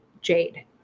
Jade